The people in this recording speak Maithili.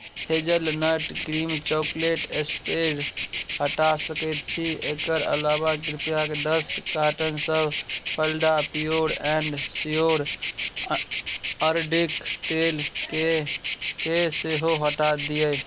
हेजलनट क्रीम चॉकलेट स्प्रेड हटा सकैत छी एकर अलावा कृपया कऽ दस कार्टनसभ फल्डा प्योर एंड श्योर अ अरण्डीक तेलकेँ केँ सेहो हटा दिअ